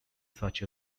such